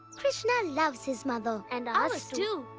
krishna loves his mother. and ours, too.